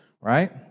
right